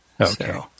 Okay